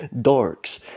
dorks